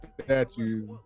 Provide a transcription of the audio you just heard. statue